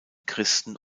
christen